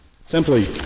simply